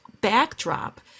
backdrop